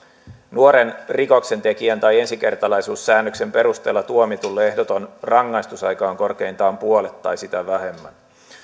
nuoren rikoksentekijän tai ensikertalaisuussäännöksen perusteella tuomitun ehdoton rangaistusaika on korkeintaan puolet tai sitä vähemmän